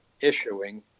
issuing